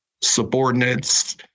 subordinates